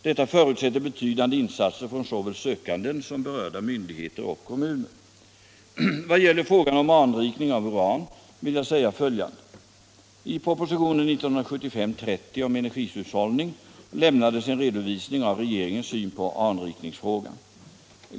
Detta förutsätter betydande insatser från såväl sökanden som berörda myndigheter och kom Vad gäller frågan om anrikning av uran vill jag säga följande. I pro Torsdagen den positionen 1975:30 om energihushållning lämnades en redovisning av 27:november 1975 regeringens syn på anrikningsfrågan.